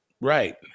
right